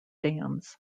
dams